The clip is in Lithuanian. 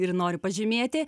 ir nori pažymėti